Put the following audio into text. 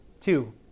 Two